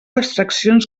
extraccions